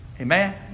Amen